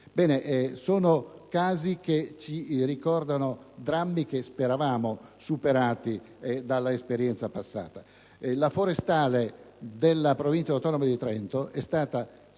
Sono casi che ci ricordano drammi che speravamo superati dall'esperienza passata. Il Corpo forestale della Provincia autonoma di Trento è stato